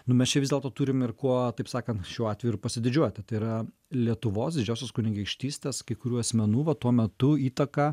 nu mes čia vis dėlto turim ir kuo taip sakant šiuo atveju ir pasididžiuoti tai yra lietuvos didžiosios kunigaikštystės kai kurių asmenų va tuo metu įtaka